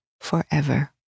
forever